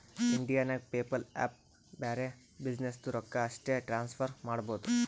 India ನಾಗ್ PayPal app ಬರೆ ಬಿಸಿನ್ನೆಸ್ದು ರೊಕ್ಕಾ ಅಷ್ಟೇ ಟ್ರಾನ್ಸಫರ್ ಮಾಡಬೋದು